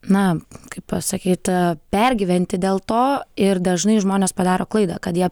na kaip pasakyt pergyventi dėl to ir dažnai žmonės padaro klaidą kad jie